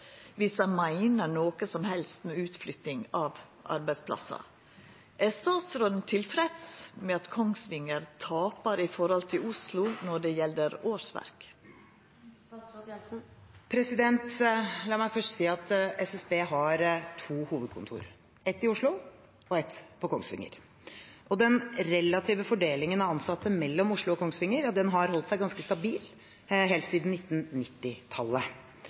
meiner noko som helst med utflytting av arbeidsplassar. Er statsråden tilfreds med at Kongsvinger tapar i forhold til Oslo når det gjeld årsverk? La meg først si at SSB har to hovedkontor, ett i Oslo og ett på Kongsvinger. Den relative fordelingen av ansatte mellom Oslo og Kongsvinger har holdt seg ganske stabil helt siden